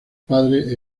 padre